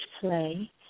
play